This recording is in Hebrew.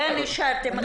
כן אישרתם 11 בקשות.